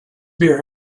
beer